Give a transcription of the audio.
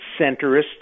centrist